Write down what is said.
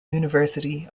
university